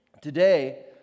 Today